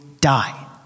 die